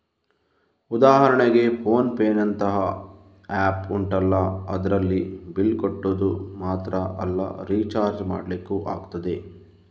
ಉದಾಹರಣೆಗೆ ಫೋನ್ ಪೇನಂತಹ ಆಪ್ ಉಂಟಲ್ಲ ಅದ್ರಲ್ಲಿ ಬಿಲ್ಲ್ ಕಟ್ಟೋದು ಮಾತ್ರ ಅಲ್ಲ ರಿಚಾರ್ಜ್ ಮಾಡ್ಲಿಕ್ಕೂ ಆಗ್ತದೆ